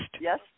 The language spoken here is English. Yes